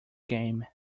game